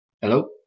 Hello